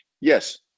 Yes